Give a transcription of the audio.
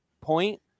point